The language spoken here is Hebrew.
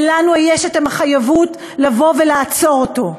ולנו יש מחויבות לעצור אותו.